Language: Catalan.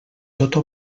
tota